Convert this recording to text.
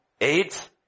AIDS